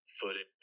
footage